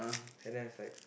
and that's like